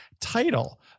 title